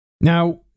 Now